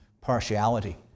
partiality